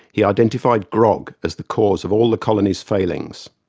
he identified grog as the cause of all the colony's failings.